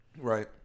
Right